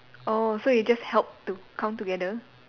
orh so you just helped to count together